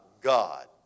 God